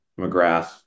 mcgrath